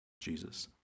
Jesus